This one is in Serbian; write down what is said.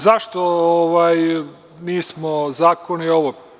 Zašto nismo zakon i ovo?